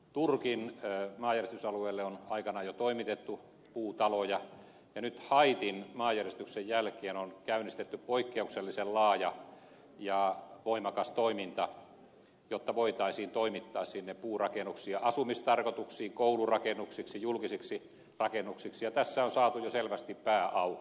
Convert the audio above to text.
turkin maanjäristysalueelle on aikanaan jo toimitettu puutaloja ja nyt haitin maanjäristyksen jälkeen on käynnistetty poikkeuksellisen laaja ja voimakas toiminta jotta voitaisiin toimittaa sinne puurakennuksia asumistarkoituksiin koulurakennuksiksi julkisiksi rakennuksiksi ja tässä on saatu jo selvästi pää auki